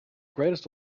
greatest